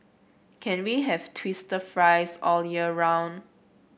can we have twister fries all year round